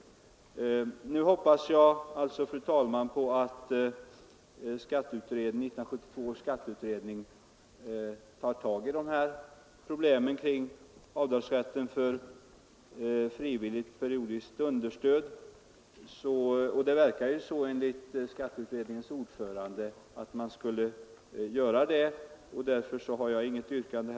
Jag hoppas som sagt, fru talman, att 1972 års skatteutredning tar upp problemen kring avdragsrätten för frivilligt periodiskt understöd, och det verkar enligt skatteutrednings ordförande som om den skulle göra det, och därför har jag inget yrkande.